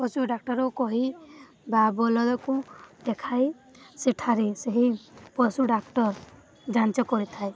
ପଶୁ ଡାକ୍ତରକୁ କହି ବା ବଳଦକୁ ଦେଖାଇ ସେଠାରେ ସେହି ପଶୁ ଡାକ୍ତର ଯାଞ୍ଚ କରିଥାଏ